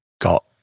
got